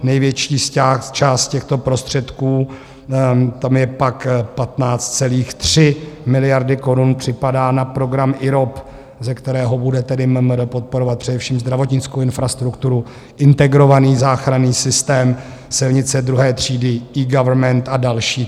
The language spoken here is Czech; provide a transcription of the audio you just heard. Největší část těchto prostředků tam je pak 15,3 miliardy korun připadá na program IROP, ze kterého bude MMR podporovat především zdravotnickou infrastrukturu, integrovaný záchranný systém, silnice druhé třídy, eGovernment a další.